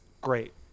great